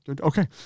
Okay